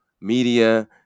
media